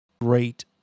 great